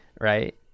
Right